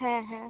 হ্যাঁ হ্যাঁ